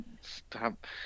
Stop